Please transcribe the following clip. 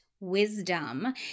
wisdom